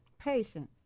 Patience